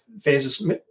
phases